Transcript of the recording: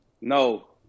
No